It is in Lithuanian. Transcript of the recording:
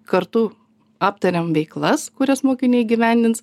kartu aptariam veiklas kurias mokiniai įgyvendins